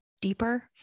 deeper